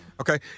Okay